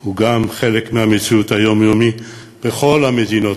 הוא גם חלק מהמציאות היומיומית בכל המדינות,